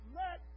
let